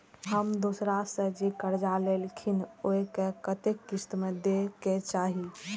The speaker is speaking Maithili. हम दोसरा से जे कर्जा लेलखिन वे के कतेक किस्त में दे के चाही?